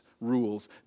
rules